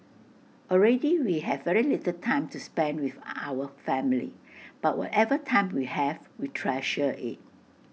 already we have very little time to spend with our family but whatever time we have we treasure IT